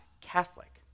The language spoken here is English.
Catholic